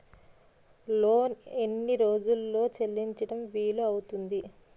Loan ఎన్ని రోజుల్లో చెల్లించడం వీలు అవుతుంది?